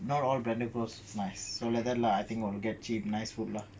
not all branded clothes is nice so like that lah I think will get cheap nice food lah